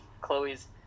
Chloe's